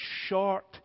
short